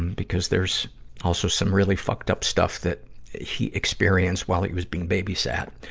because there's also some really fucked-up stuff that he experienced while he was being babysat.